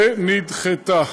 ונדחתה.